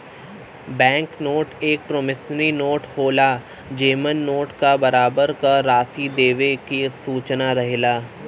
bank note एक promissory note होला जेमन नोट क बराबर क राशि देवे क सूचना रहेला